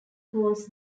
calls